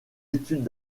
études